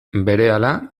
berehala